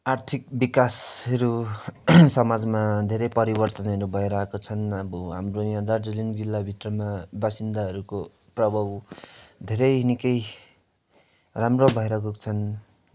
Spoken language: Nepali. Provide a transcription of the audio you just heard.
आर्थिक विकासहरू समाजमा धेरै परिवर्तनहरू भएर आएका छन् अब हाम्रो यहाँ दार्जिलिङ जिल्ला भित्रमा बासिन्दाहरूको प्रभाव धेरै निकै राम्रो भएर गएका छन्